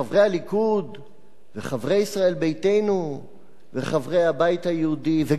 וחברי ישראל ביתנו וחברי הבית היהודי וגם חברי מפלגות